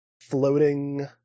floating